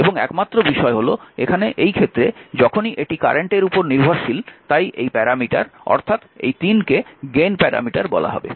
এবং একমাত্র বিষয় হল এখানে এই ক্ষেত্রে যখনই এটি কারেন্টের উপর নির্ভরশীল তাই এই প্যারামিটার অর্থাৎ এই 3 কে গেইন প্যারামিটার বলা হবে